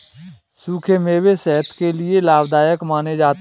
सुखे मेवे सेहत के लिये लाभदायक माने जाते है